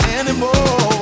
anymore